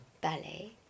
ballet